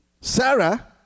Sarah